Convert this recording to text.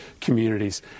communities